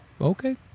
Okay